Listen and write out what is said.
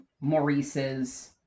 Maurice's